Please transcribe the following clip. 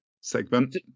segment